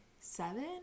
Seven